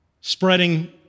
spreading